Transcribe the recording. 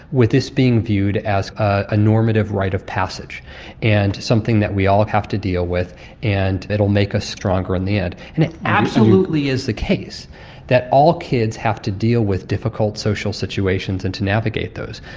with this being viewed and as a normative rite of passage and something that we all have to deal with and it will make us stronger in the end, and it absolutely is the case that all kids have to deal with difficult social situations and to navigate those,